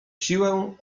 siłę